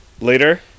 later